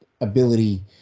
ability